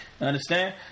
understand